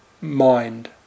mind